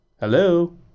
Hello